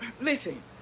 listen